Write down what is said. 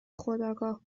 خودآگاه